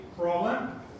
problem